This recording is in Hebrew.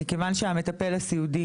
כיוון שהמטפל הסיעודי,